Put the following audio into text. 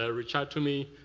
ah reach out to me.